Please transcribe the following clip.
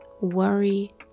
worry